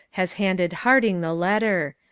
has handed harding the letter.